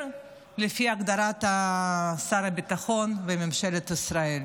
לפי הגדרת שר הביטחון וממשלת ישראל.